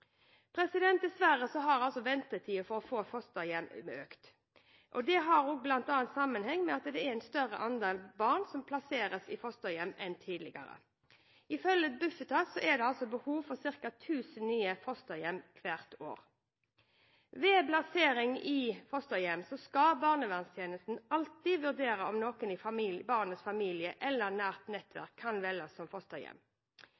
for å få fosterhjem økt. Det har bl.a. sammenheng med at det er en større andel barn som plasseres i fosterhjem, enn tidligere. Ifølge Bufetat er det behov for ca. 1 000 nye fosterhjem hvert år. Ved plassering i fosterhjem skal barnevernstjenesten alltid vurdere om noen i barnets familie eller